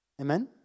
Amen